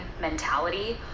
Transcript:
mentality